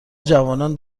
جوانان